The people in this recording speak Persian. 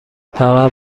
فقط